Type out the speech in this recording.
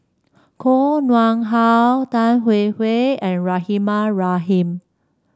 Koh Nguang How Tan Hwee Hwee and Rahimah Rahim